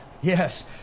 Yes